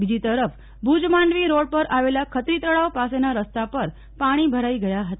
બીજી તરફ ભુજ માંડવી રોડ પર આવેલા ખાતરી તળાવ પાસેના રસ્તા પર પાણી ભરાઈ ગયા હતા